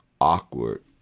awkward